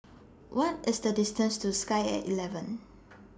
What IS The distance to Sky At eleven